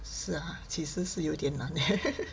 是啊其实是有点难